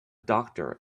doctor